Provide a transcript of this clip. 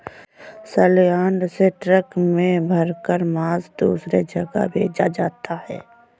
सलयार्ड से ट्रक में भरकर मांस दूसरे जगह भेजा जाता है